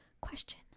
Question